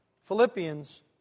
Philippians